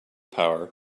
power